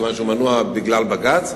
מכיוון שהוא מנוע בגלל בג"ץ.